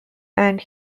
and